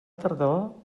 tardor